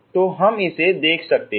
तो हम इसे देख सकते हैं